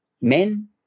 men